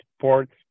ports